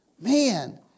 man